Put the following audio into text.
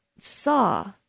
saw